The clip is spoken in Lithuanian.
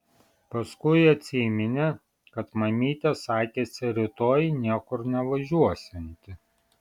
paskui atsiminė kad mamytė sakėsi rytoj niekur nevažiuosianti